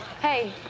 Hey